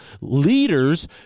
leaders